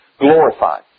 glorified